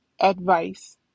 advice